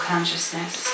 consciousness